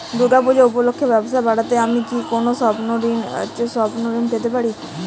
দূর্গা পূজা উপলক্ষে ব্যবসা বাড়াতে আমি কি কোনো স্বল্প ঋণ পেতে পারি?